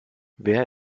wer